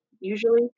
usually